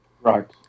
Right